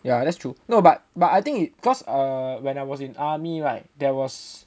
yeah that's true no but but I think cause uh when I was in army right there was